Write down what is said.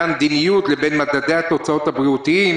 המדיניות לבין מדדי התוצאות הבריאותיים,